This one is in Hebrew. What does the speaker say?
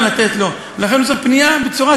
אני אסביר לך.